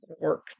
work